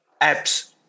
apps